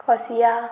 कोसिया